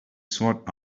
sought